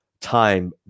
time